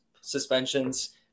suspensions